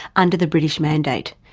under the british mandate.